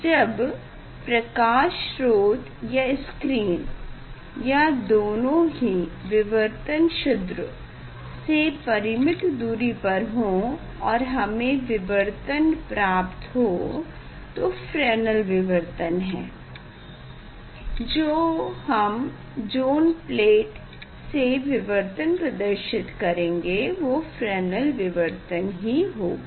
जब प्रकाश स्रोत या स्क्रीन या दोनों ही विवर्तन छिद्र से परिमित दूरी पर हों और हमे विवर्तन प्राप्त हो वो फ्रेनेल विवर्तन है जो हम ज़ोन प्लेट से विवर्तन प्रदर्शित करेंगे वो फ्रेनेल विवर्तन ही होगा